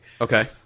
Okay